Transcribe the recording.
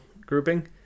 grouping